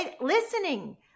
listening